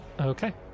Okay